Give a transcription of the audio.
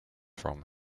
from